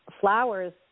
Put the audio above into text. flowers